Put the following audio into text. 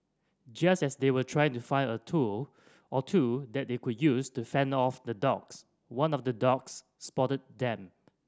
just as they were trying to find a tool or two that they could use to fend off the dogs one of the dogs spotted then